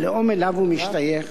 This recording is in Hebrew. הלאום שאליו הוא משתייך,